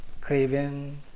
craving